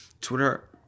Twitter